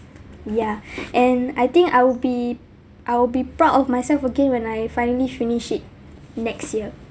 ya and I think I would be I would be proud of myself again when I finally finish it next year